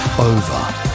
over